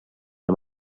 amb